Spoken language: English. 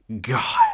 God